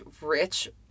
rich